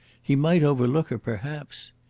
he might overlook her, perhaps!